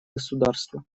государства